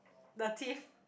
the teeth